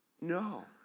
no